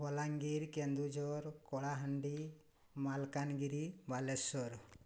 Balangir Kendujhar Kalahandi Malkangiri Balasore